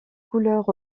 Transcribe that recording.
couleurs